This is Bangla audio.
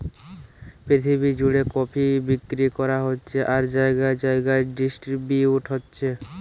পৃথিবী জুড়ে কফি বিক্রি করা হচ্ছে আর জাগায় জাগায় ডিস্ট্রিবিউট হচ্ছে